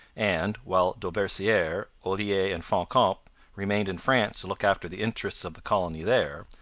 and, while dauversiere, olier, and fancamp remained in france to look after the interests of the colony there,